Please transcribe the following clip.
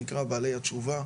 נקרא בעלי התשובה,